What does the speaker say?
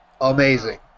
amazing